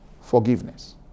forgiveness